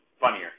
funnier